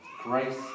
grace